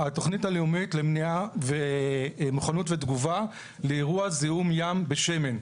התוכנית הלאומית למניעה ומוכנות ותגובה לאירוע זיהום ים בשמן,